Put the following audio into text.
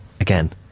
again